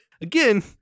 Again